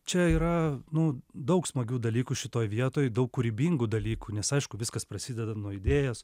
čia yra nu daug smagių dalykų šitoj vietoj daug kūrybingų dalykų nes aišku viskas prasideda nuo idėjos